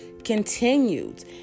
continued